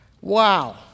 Wow